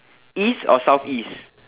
East or South East